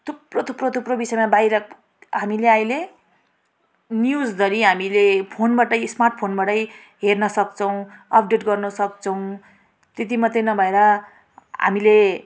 थुप्रो थुप्रो थुप्रो विषयमा बाहिर हामीले अहिले न्युजधरि हामीले फोनबाटै स्मार्टफोनबाटै हेर्न सक्छौँ अपडेट गर्न सक्छौँ त्यति मात्रै नभएर हामीले